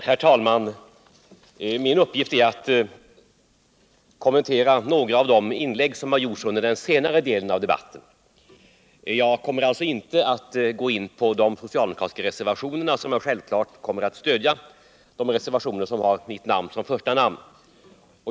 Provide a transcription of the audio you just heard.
Herr talman! Min uppgift är att kommentera några av de senare inläggen i debatten. Jag kommer alltså inte att gå in på de socialdemokratiska reservationerna, som jag självklart kommer att stödja och som har mitt namn som första namn.